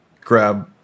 grab